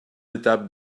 étapes